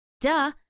duh